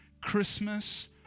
Christmas